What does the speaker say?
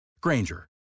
Granger